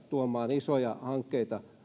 tuomaan isoja hankkeita